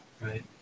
right